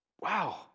Wow